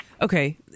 Okay